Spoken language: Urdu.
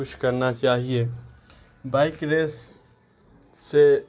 کچھ کرنا چاہیے بائک ریس سے